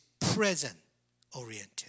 present-oriented